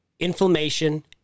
Inflammation